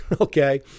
okay